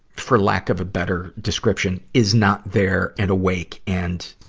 for lack of a better description, is not there and awake and,